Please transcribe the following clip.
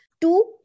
Two